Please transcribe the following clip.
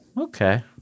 Okay